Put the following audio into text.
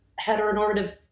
heteronormative